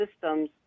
systems